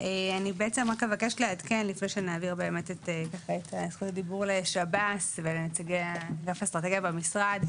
לפני שנעביר את זכות הדיבור לשב"ס ולנציגי אגף אסטרטגיה במשרד,